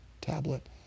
tablet